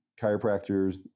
chiropractors